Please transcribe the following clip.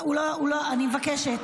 הוא לא, אני מבקשת.